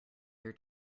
your